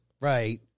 right